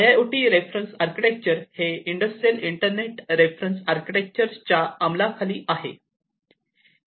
I I O T reference architecture हे industrial internet reference architecture च्या अमलाखाली आहे